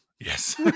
Yes